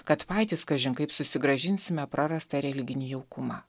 kad patys kažin kaip susigrąžinsime prarastą religinį jaukumą